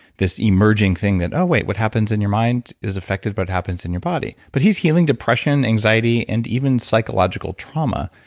emerging thing that, oh, wait, what happens in your mind is effected but happens in your body. but he's healing depression, anxiety and even psychological trauma,